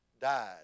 died